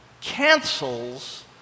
cancels